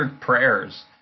prayers